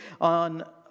on